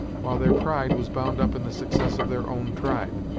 while their pride was bound up in the success of their own tribe.